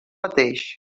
mateix